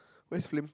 where's flame